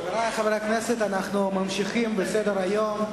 חברי חברי הכנסת, אנחנו ממשיכים בסדר-היום.